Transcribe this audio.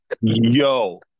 Yo